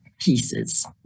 pieces